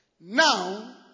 Now